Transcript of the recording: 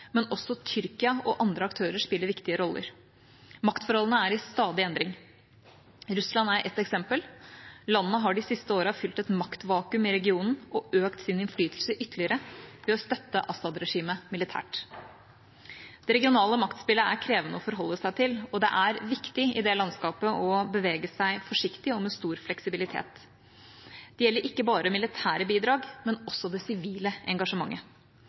men også Tyrkia og andre aktører spiller viktige roller. Maktforholdene er i stadig endring. Russland er et eksempel. Landet har de siste årene fylt et maktvakuum i regionen og økt sin innflytelse ytterligere ved å støtte Assad-regimet militært. Det regionale maktspillet er krevende å forholde seg til, og det er viktig i det landskapet å bevege seg forsiktig og med stor fleksibilitet. Det gjelder ikke bare militære bidrag, men også det sivile engasjementet.